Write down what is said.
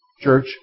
church